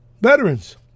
veterans